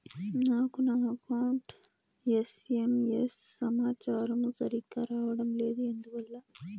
నాకు నా account SMS సమాచారము సరిగ్గా రావడం లేదు ఎందువల్ల?